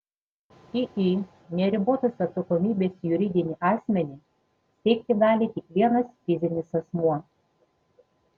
iį neribotos atsakomybės juridinį asmenį steigti gali tik vienas fizinis asmuo